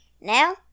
Now